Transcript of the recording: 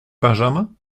benjamin